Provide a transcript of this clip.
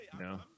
No